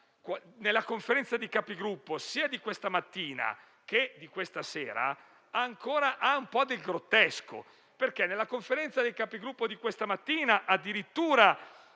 nella Conferenza dei Capigruppo, sia di questa mattina che di questa sera, ha un po' del grottesco, perché nella Conferenza dei Capigruppo di questa mattina, la maggioranza